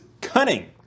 Cunning